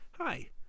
Hi